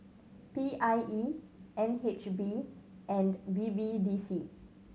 P I E N H B and B B D C